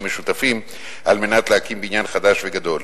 משותפים על מנת להקים בניין חדש וגדול.